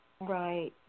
Right